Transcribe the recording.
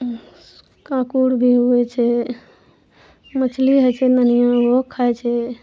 काँकोड़ भी होइ छै मछली होइ छै नोनियाँ ओहो खाय छै